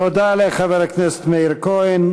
תודה לחבר הכנסת מאיר כהן.